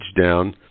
down